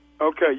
Okay